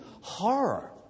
horror